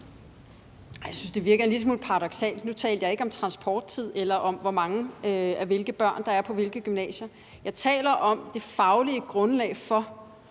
Jeg synes, det virker en lille smule paradoksalt. Nu talte jeg ikke om transporttid eller om, hvor mange af hvilke børn der er på hvilke gymnasier. Jeg taler om det faglige grundlag for,